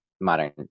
Modern